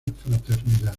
fraternidad